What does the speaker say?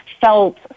felt